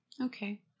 Okay